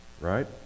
right